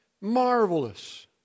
marvelous